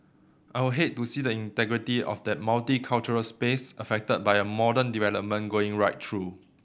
I'll hate to see the integrity of that multicultural space affected by a modern development going right through